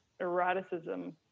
eroticism